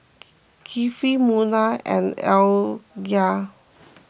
Kifli Munah and Alya